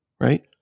right